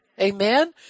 Amen